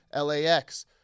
LAX